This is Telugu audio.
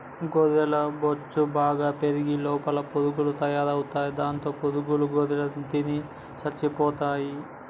గొర్రెలకు బొచ్చు బాగా పెరిగి లోపల పురుగులు తయారవుతాయి దాంతో పురుగుల గొర్రెలను తిని చచ్చిపోతాయి